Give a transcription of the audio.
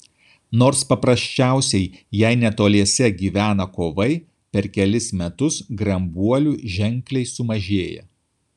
nors paprasčiausiai jei netoliese gyvena kovai per kelis metus grambuolių ženkliai sumažėja